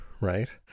right